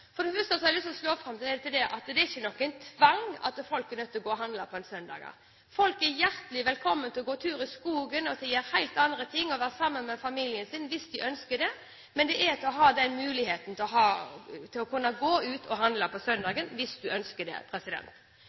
For det første har jeg lyst til å slå fast at det er ikke noen tvang, folk er ikke nødt til å gå og handle på søndager. Folk er hjertelig velkomne til å gå tur i skogen, gjøre helt andre ting, være sammen med familien sin, hvis de ønsker det – men skal ha muligheten til å kunne gå ut og handle på søndagen, hvis de ønsker det.